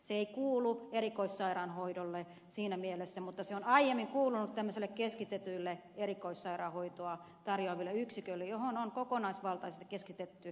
se ei kuulu erikoissairaanhoidolle siinä mielessä mutta se on aiemmin kuulunut tämmöiselle keskitetylle erikoissairaanhoitoa tarjoavalle yksikölle johon on kokonaisvaltaisesti keskitetty muitakin palveluita